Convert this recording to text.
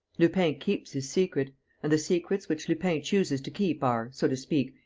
lupin keeps his secret and the secrets which lupin chooses to keep are, so to speak,